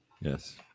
Yes